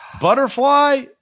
butterfly